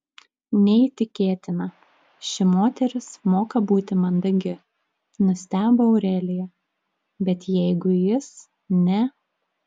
neįtikėtina ši moteris moka būti mandagi nustebo aurelija bet jeigu jis ne